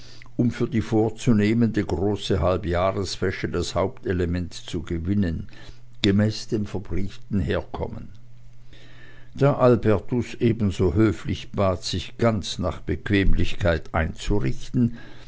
um für die vorzunehmende große halbjahrwäsche das hauptelement zu gewinnen gemäß dem verbrieften herkommen da albertus ebenso höflich bat sich ganz nach bequemlichkeit einzurichten